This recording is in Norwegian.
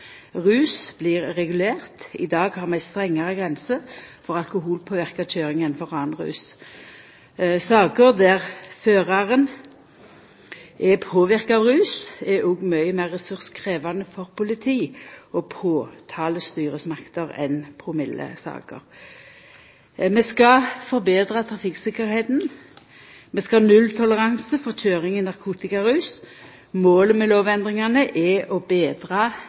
rus blir regulert. I dag har vi strengare grenser for alkoholpåverka kjøring enn for annan rus. Saker der føraren er påverka av rus, er òg mykje meir ressurskrevjande for politi og påtalemakt enn promillesaker. Vi skal forbetra trafikktryggleiken. Vi skal ha nulltoleranse for kjøring i narkotikarus. Målet med lovendringane er å betra